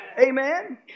Amen